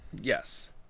Yes